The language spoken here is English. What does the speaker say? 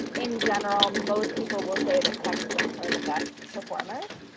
in general, most people will say that text links are the best performers.